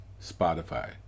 Spotify